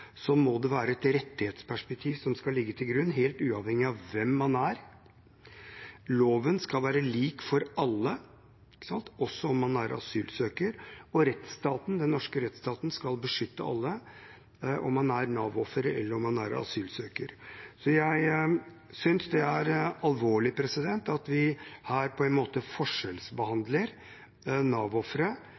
må det ligge et rettighetsperspektiv til grunn, helt uavhengig av hvem man er. Loven skal være lik for alle, også om man er asylsøker. Og den norske rettsstaten skal beskytte alle – om man er Nav-offer, eller om man er asylsøker. Jeg synes altså det er alvorlig at vi her på en måte forskjellsbehandler